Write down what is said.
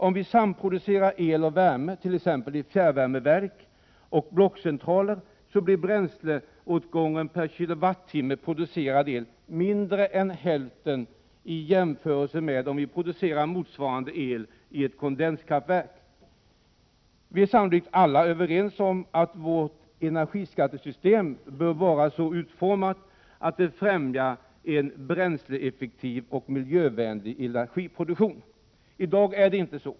Om vi samproducerar el och värme — t.ex. i fjärrvärmeverk och i blockcentraler — blir bränsleåtgången per kWh producerad el mindre än hälften av vad den blir om vi producerar motsvarande el i ett kondenskraftverk. Vi är sannolikt alla överens om att vårt energiskattesystem bör vara så utformat att det främjar en bränsleeffek tiv och miljövänlig energiproduktion. I dag är det inte så.